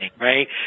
right